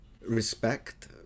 respect